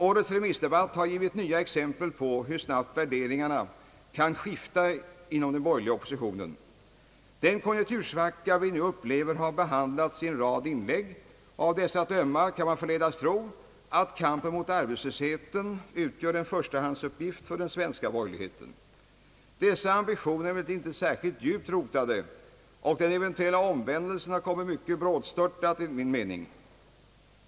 Årets remissdebatt har gett nya exempel på hur snabbt värderingarna kan skifta inom den borgerliga oppositionen. Den konjunktursvacka vi nu upplever har behandlats i en rad av inlägg. Av dessa att döma kan man förledas tro att kampen mot arbetslösheten utgör en förstahandsuppgift för den svenska borgerligheten. Dessa ambitioner är emellertid inte särskilt djupt rotade, och den eventuella omvändelsen kommer enligt min mening mycket brådstörtat.